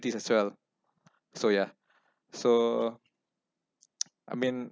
this as well so yeah so I mean